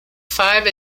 five